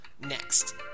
Next